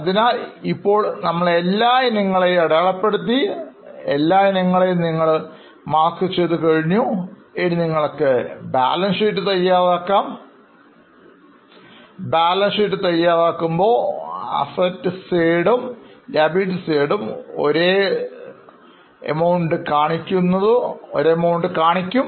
അതിനാൽ ഇപ്പോൾ നമ്മൾ എല്ലാ ഇനങ്ങളെയും അടയാളപ്പെടുത്തി ഇനി നിങ്ങൾ ബാലൻസ് ഷീറ്റ് തയ്യാറാക്കുക ഞാൻ നിങ്ങൾക്ക് ഉത്തരം നേരിട്ട് കാണിച്ചുതരുന്നു